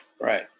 right